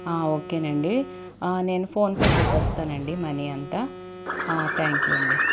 ఓకేనండి నేను ఫోన్పే చేసేస్తానండి మనీ అంతా థ్యాంక్ యూ అండి